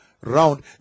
round